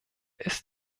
ist